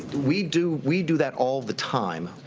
we do we do that all of the time.